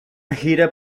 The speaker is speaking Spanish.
gira